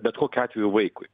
bet kokiu atveju vaikui